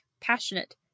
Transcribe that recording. passionate